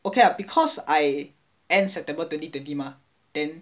okay ah because I end september twenty twenty mah then